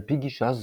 על פי גישה זו,